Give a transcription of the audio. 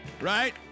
Right